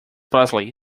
presley